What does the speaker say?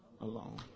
alone